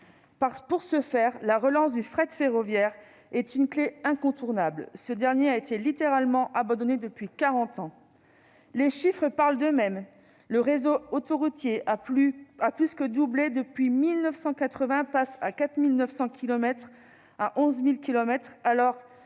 Pour ce faire, la relance du fret ferroviaire est une clé incontournable. Ce dernier a été littéralement abandonné depuis quarante ans. Les chiffres parlent d'eux-mêmes. Le réseau autoroutier a plus que doublé depuis 1980, passant de 4 900 kilomètres à 11 000